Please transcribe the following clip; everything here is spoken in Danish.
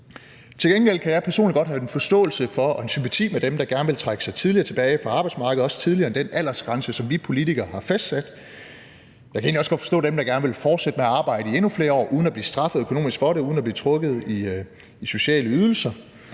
Til gengæld kan jeg personligt godt have forståelse for og sympati med dem, der gerne vil trække sig tidligere tilbage fra arbejdsmarkedet, også tidligere end den aldersgrænse, som vi politikere har fastsat. Jeg kan egentlig også godt forstå dem, der gerne vil fortsætte med at arbejde i endnu flere år uden at blive straffet økonomisk for det og uden at blive trukket i sociale ydelser.